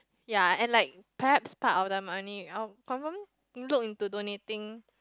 ya and like perhaps part of the money I'll confirm look into donating